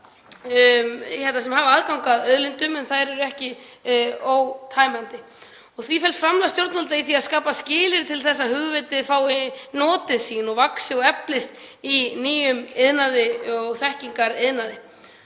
sem hafa aðgang að auðlindum en þær eru ekki ótæmandi. Framlag stjórnvalda felst því í að skapa skilyrði til þess að hugvitið fái notið sín og vaxi og eflist í nýjum iðnaði og þekkingariðnaði,